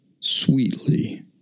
sweetly